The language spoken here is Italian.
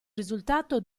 risultato